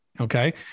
Okay